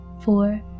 four